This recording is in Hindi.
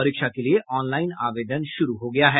परीक्षा के लिए ऑनलाईन आवेदन शुरू हो गया है